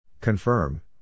Confirm